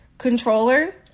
controller